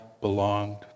belonged